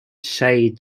shade